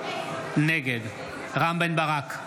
נגד רם בן ברק,